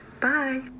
bye